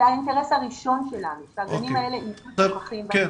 זה האינטרס הראשון שלנו, הגנים האלה יהיו מפוקחים.